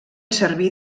servir